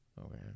Okay